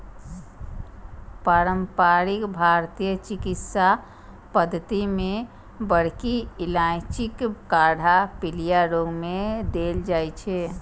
पारंपरिक भारतीय चिकित्सा पद्धति मे बड़की इलायचीक काढ़ा पीलिया रोग मे देल जाइ छै